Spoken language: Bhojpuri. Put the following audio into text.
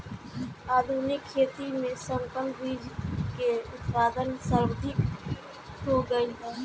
आधुनिक खेती में संकर बीज के उत्पादन सर्वाधिक हो गईल बा